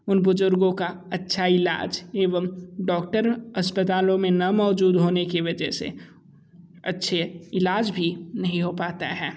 उन बुजुर्गों का अच्छा इलाज एवं डॉक्टर अस्पतालों में ना मौजूद होने की वजह से अच्छे इलाज भी नही हो पाता है